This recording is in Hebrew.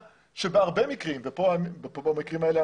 בהרבה מקרים ואפרופו המקרים האלה,